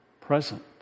present